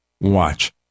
Watch